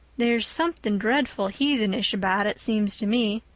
there's something dreadful heathenish about it, seems to me.